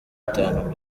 itanu